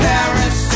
Paris